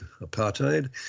apartheid